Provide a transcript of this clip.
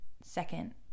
second